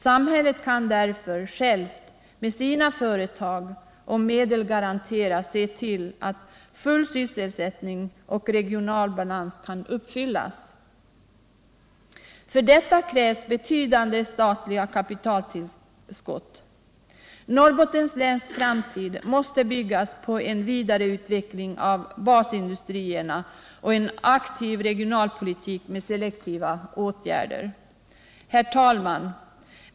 Samhället kan därför självt med sina företag, om medel garanteras, se till att full sysselsättning och regional balans kan uppnås. För detta krävs betydande statliga kapitaltillskott. Norrbottens läns framtid måste byggas på en vidareutveckling av basindustrierna och en aktiv regionalpolitik med selektiva åtgärder. Herr talman!